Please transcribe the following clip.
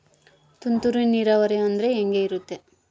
ತುಂತುರು ನೇರಾವರಿ ಅಂದ್ರೆ ಹೆಂಗೆ ಇರುತ್ತರಿ?